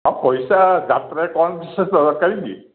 ହଁ ପଇସା ଯାତ୍ରା ରେ କ'ଣ ବିଶେଷ ଦରକାର କି